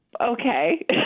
Okay